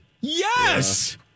Yes